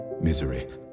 misery